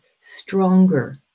stronger